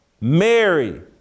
Mary